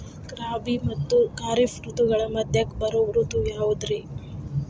ರಾಬಿ ಮತ್ತ ಖಾರಿಫ್ ಋತುಗಳ ಮಧ್ಯಕ್ಕ ಬರೋ ಋತು ಯಾವುದ್ರೇ?